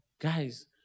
Guys